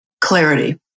clarity